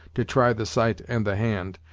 to try the sight and the hand,